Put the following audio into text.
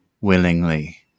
willingly